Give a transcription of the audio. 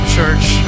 church